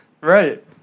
Right